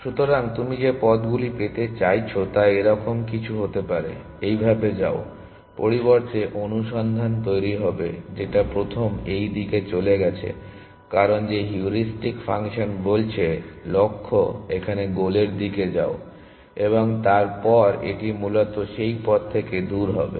সুতরাং তুমি যে পথগুলি পেতে চাইছো তা এরকম কিছু হতে পারে এইভাবে যাও পরিবর্তে অনুসন্ধান তৈরী হবে যেটা প্রথম এই দিকে চলে গেছে কারণ যে হিউরিস্টিক ফাংশন বলছে লক্ষ্য এখানে গোলের দিকে যাও এবং তারপর এটি মূলত সেই পথ থেকে দূরে হবে